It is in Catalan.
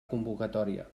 convocatòria